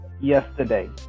yesterday